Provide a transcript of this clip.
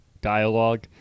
dialogue